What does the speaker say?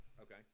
okay